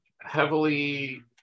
heavily